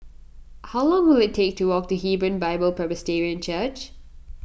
how long will it take to walk to Hebron Bible Presbyterian Church